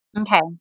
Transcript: Okay